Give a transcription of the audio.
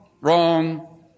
Wrong